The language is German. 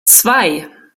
zwei